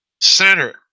center